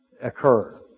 occur